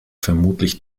vermutlich